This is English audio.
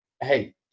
Hey